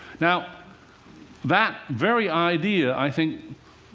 now that very idea, i think,